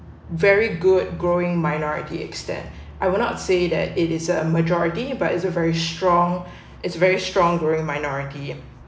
very good growing minority extend I will not say that it is a majority but it's a very strong it's very strong growing minority